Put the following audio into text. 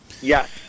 Yes